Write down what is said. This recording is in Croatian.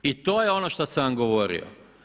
I to je ono što sam vam govorio.